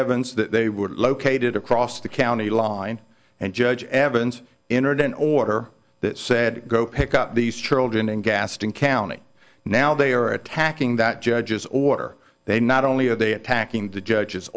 evans that they were located across the county line and judge evans internet order that said go pick up these children in gaston county now they are attacking that judge's order they not only are they attacking the judge